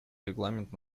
регламент